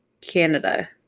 Canada